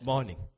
Morning